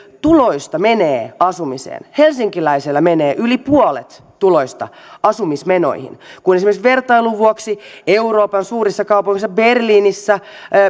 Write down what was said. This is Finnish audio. tuloista menee asumiseen helsinkiläisellä menee yli puolet tuloista asumismenoihin kun vertailun vuoksi euroopan suurissa kaupungeissa esimerkiksi berliinissä